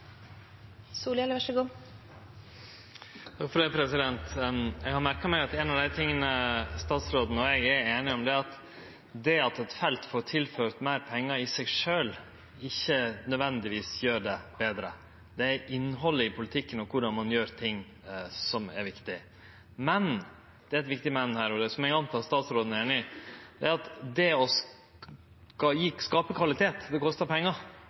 Eg har merka meg at ein av dei tinga statsråden og eg er einige om, er at det at eit felt får tilført meir pengar, i seg sjølv ikkje nødvendigvis gjer det betre. Det er innhaldet i politikken og korleis ein gjer ting, som er viktig. Men – det er eit viktig «men» her, som eg antek at statsråden er einig i – det å skape kvalitet kostar pengar. Sidan eg noterte at ho sa at budsjettet hadde vorte betre – det